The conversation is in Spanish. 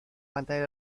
pantalla